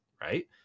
right